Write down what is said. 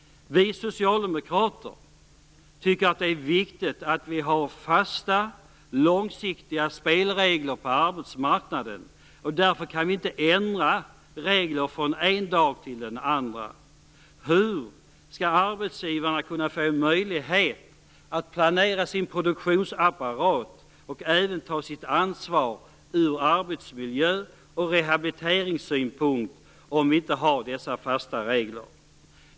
Vi socialdemokrater tycker att det är viktigt att vi har fasta, långsiktiga spelregler på arbetsmarknaden. Därför kan vi inte ändra reglerna från den ena dagen till den andra. Hur skall arbetsgivarna kunna få en möjlighet att planera sin produktionsapparat och även ta sitt ansvar ur arbetsmiljö och rehabiliteringssynpunkt om vi inte har fasta regler?